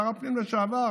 שר הפנים לשעבר,